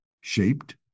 shaped